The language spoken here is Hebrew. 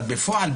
אבל בפועל,